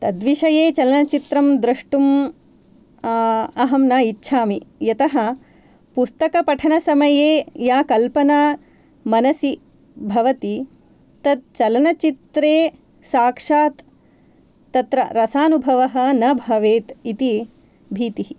तद्विषये चलनचित्रं द्रष्टुम् अहं न इच्छामि यतः पुस्तकपठनसमये या कल्पना मनसि भवति तत् चलनचित्रे साक्षात् तत्र रसानुभवः न भवेत् इति भीतिः